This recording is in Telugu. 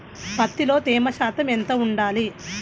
పత్తిలో తేమ శాతం ఎంత ఉండాలి?